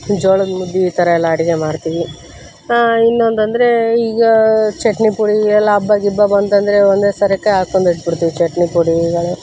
ಜೋಳದ ಮುದ್ದೆ ಈ ಥರ ಎಲ್ಲ ಅಡುಗೆ ಮಾಡ್ತೀವಿ ಇನ್ನೊಂದಂದರೆ ಈಗ ಚಟ್ನಿಪುಡಿ ಈಗೆಲ್ಲ ಹಬ್ಬ ಗಿಬ್ಬ ಬಂತಂದರೆ ಒಂದೇ ಸರಕ್ಕೆ ಹಾಕೊಂದ್ ಇಟ್ಬಿಡ್ತೀವಿ ಚಟ್ನಿಪುಡಿಗಳೇ